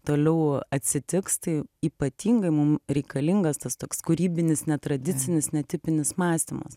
toliau atsitiks tai ypatingai mum reikalingas tas toks kūrybinis netradicinis netipinis mąstymas